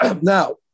Now